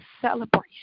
celebration